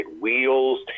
wheels